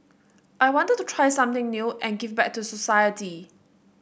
I wanted to try something new and give back to society